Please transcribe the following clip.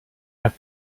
have